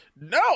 No